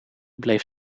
bleef